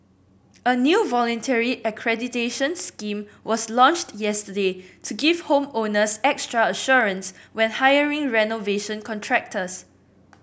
a new voluntary accreditation scheme was launched yesterday to give home owners extra assurance when hiring renovation contractors